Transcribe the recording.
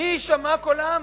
מי יישמע קולם?